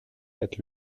être